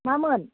मामोन